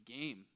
game